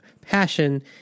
passion